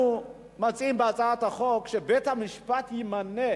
בהצעת החוק אנחנו מציעים שבית-המשפט ימנה